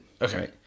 okay